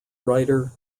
writer